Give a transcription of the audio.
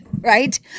right